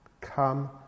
Come